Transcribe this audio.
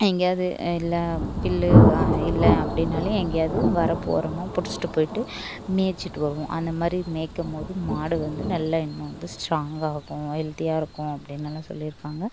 எங்கேயாவது இல்லை புல்லு இல்லை அப்படின்னாலே எங்கேயாவது வரப்பு ஓரம் பிடிச்சிட்டு போயிட்டு மேச்சிட்டு வருவோம் அந்தமாதிரி மேய்க்கும்போது மாடு வந்து நல்லா இன்னும் வந்து ஸ்ட்ராங்காக இருக்கும் ஹெல்த்தியாக இருக்கும் அப்படின்னு எல்லாம் சொல்லிருக்காங்கள்